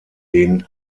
den